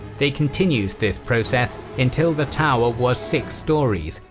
they continued this process until the tower was six stories,